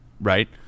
right